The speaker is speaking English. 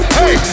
hey